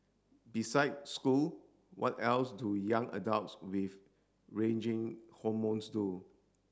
beside school what else do young adults with raging hormones do